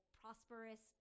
prosperous